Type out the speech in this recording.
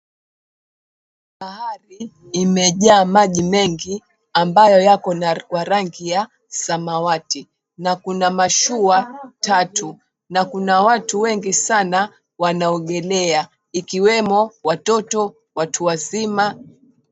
Bahari imejaa maji mengi ambayo yako na rangi ya samawati na Kuna mashua tatu, na kuna watu wengi sana wanaogelea ikiwemo watoto, watu wazima.